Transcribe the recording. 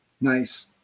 Nice